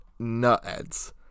nutheads